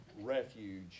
refuge